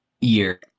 year